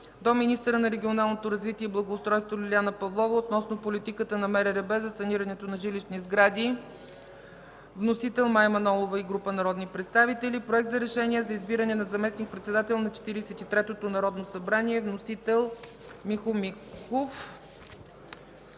до министъра на регионалното развитие и благоустройството Лиляна Павлова относно политиката на МРРБ за санирането на жилищни сгради. Вносител – Мая Манолова и група народни представители. Проект за решение за избиране на заместник-председател на Четиридесет и третото народно събрание. Вносител – Михо Михов.